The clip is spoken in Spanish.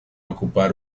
ocupar